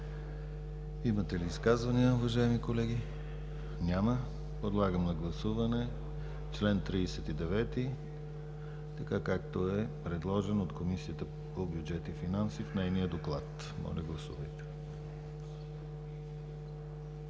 Имате ли изказвания, уважаеми колеги? Няма. Подлагам на гласуване чл. 39, както е предложение от Комисията по бюджет и финанси в нейния доклад. Гласували